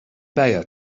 baer